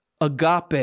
agape